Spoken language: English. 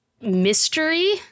mystery